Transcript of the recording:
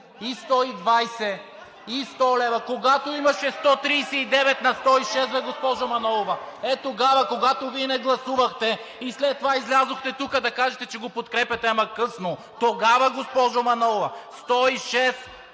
ГЕОРГИ СВИЛЕНСКИ: Когато имаше 139 на 106 бе, госпожо Манолова. Ето тогава, когато Вие не гласувахте и след това излязохте тук да кажете, че го подкрепяте, ама късно, тогава, госпожо Манолова – 106